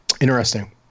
interesting